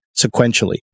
sequentially